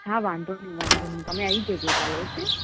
હા વાંધો નહીં વાંધો નહીં તમે આવી જજો કાલે ઓકે